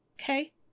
Okay